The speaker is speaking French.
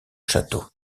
château